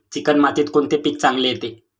Chicken मातीत कोणते पीक चांगले येते?